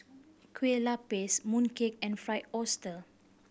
Kueh Lapis mooncake and Fried Oyster